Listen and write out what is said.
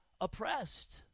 oppressed